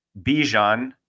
Bijan